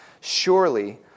Surely